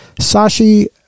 Sashi